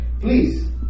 please